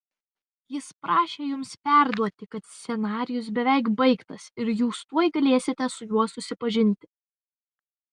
jis prašė jums perduoti kad scenarijus beveik baigtas ir jūs tuoj galėsite su juo susipažinti